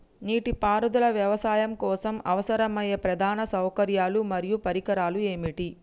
నీటిపారుదల వ్యవసాయం కోసం అవసరమయ్యే ప్రధాన సౌకర్యాలు మరియు పరికరాలు ఏమిటి?